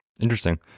Interesting